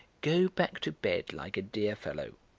go back to bed like a dear fellow,